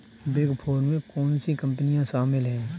Big four में कौन सी कंपनियाँ शामिल हैं?